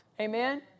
Amen